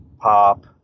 pop